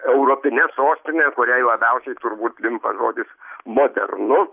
europine sostine kuriai labiausiai turbūt limpa žodis modernu